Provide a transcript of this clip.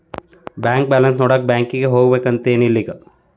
bank balance ನೋಡಾಕ ಬ್ಯಾಂಕಿಗೆ ಹೋಗ್ಬೇಕಂತೆನ್ ಇಲ್ಲ ಈಗ